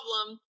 problem